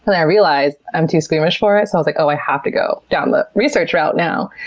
i realized i'm too squeamish for it, so i was like, oh, i have to go down the research route now.